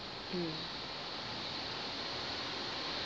mm